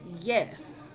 yes